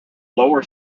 lower